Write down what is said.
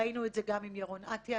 ראינו את זה גם עם ירון אטיאס,